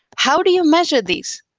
how do you measure these?